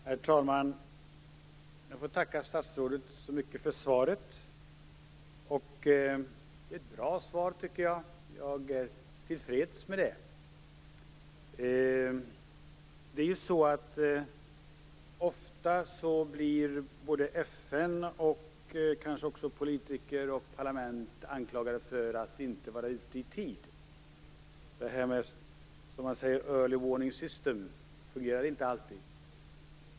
Herr talman! Jag får tacka statsrådet så mycket för svaret. Jag tycker att det är ett bra svar, och jag är till freds med det. Ofta blir både FN och kanske också politiker och parlament anklagade för att inte vara ute i tid. Vårt early warning system fungerar inte alltid.